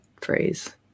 phrase